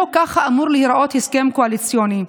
לא ככה אמור להיראות הסכם קואליציוני.